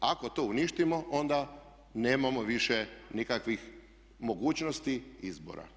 Ako to uništimo onda nemamo više nikakvih mogućnosti izbora.